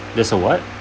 that's a what